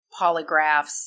polygraphs